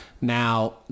Now